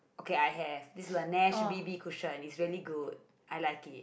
okay I have this one Nars B_B cushion it's really good I like it